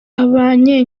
abanye